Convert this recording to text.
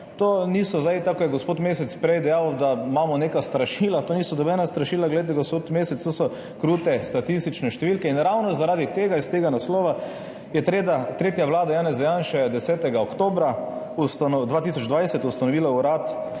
To niso zdaj, tako kot je gospod Mesec prej dejal, da imamo neka strašila, to niso nobena strašila. Glejte, gospod Mesec, to so krute statistične številke. In ravno zaradi tega, iz tega naslova je tretja vlada Janeza Janše 10. oktobra 2020 ustanovila Urad